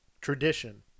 tradition